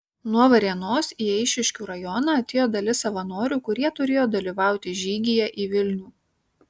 nuo varėnos į eišiškių rajoną atėjo dalis savanorių kurie turėjo dalyvauti žygyje į vilnių